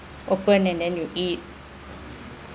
open and then you eat